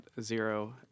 zero